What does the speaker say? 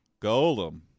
golem